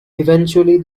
eventually